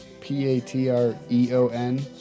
p-a-t-r-e-o-n